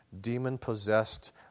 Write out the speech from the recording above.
demon-possessed